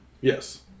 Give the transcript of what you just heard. Yes